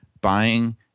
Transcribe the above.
buying